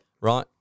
right